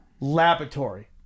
laboratory